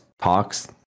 talks